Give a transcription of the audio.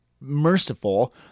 merciful